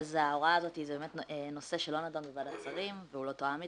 ההוראה הזאת היא נושא שלא נדון בוועדת שרים והוא לא תואם אתנו,